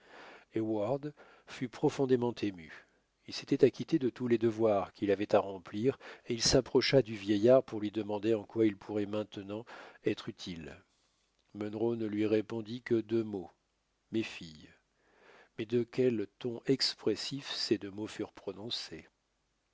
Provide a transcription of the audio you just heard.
heyward fut profondément ému il s'était acquitté de tous les devoirs qu'il avait à remplir et il s'approcha du vieillard pour lui demander en quoi il pourrait maintenant être utile munro ne lui répondit que deux mots mes filles mais de quel ton expressif ces deux mots furent prononcés